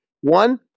One